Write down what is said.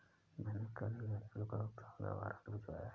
मैंने कल ही अनिल को भुगतान का वारंट भिजवाया है